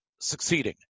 succeeding